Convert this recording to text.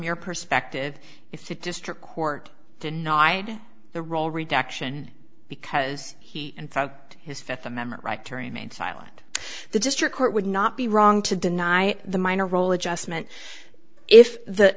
your perspective if the district court denied the role rejection because he and his fifth amendment right to remain silent the district court would not be wrong to deny the minor role adjustment if the